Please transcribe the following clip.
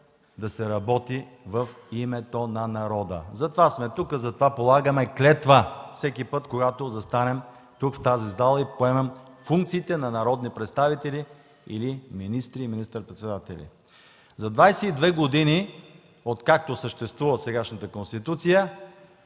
да се работи в името на народа. Затова сме тук, затова полагаме клетва всеки път, когато застанем тук, в тази зала, и поемем функциите на народни представители или министри и министър-председатели. За 22 години, откакто съществува сегашната Конституция,